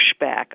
pushback